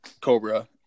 Cobra